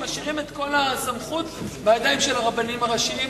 שהם משאירים את כל הסמכות בידיים של הרבנים הראשיים,